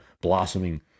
blossoming